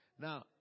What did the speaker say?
Now